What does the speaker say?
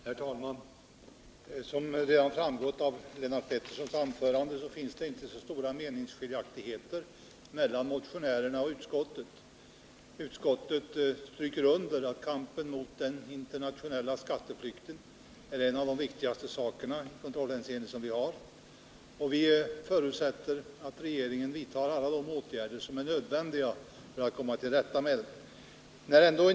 Herr talman! Som redan framgått av Lennart Petterssons anförande finns det inte så stora meningsskiljaktigheter mellan motionärerna och utskottet. Utskottet stryker under att kampen mot den internationella skatteflykten är en av de viktigaste saker som vi har att ägna oss åt i kontrollhänseende, och vi förutsätter att regeringen vidtar alla de åtgärder som är nödvändiga för att komma till rätta med missförhållandena.